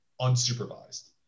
unsupervised